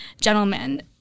Gentlemen